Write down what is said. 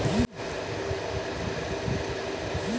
আলদা রকমের পেস্ট বা বালাই হতিছে ফ্লাই, আরশোলা, ওয়াস্প ইত্যাদি